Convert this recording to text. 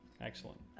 Excellent